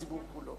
כולך צביעות,